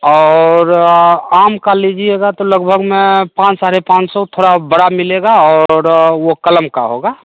और आम का लीजिएगा तो लगभग मैं पाँच साढ़े पाँच सौ थोड़ा बड़ा मिलेगा और वो कलम का होगा